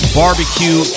barbecue